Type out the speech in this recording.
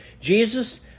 Jesus